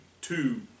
two